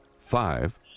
Five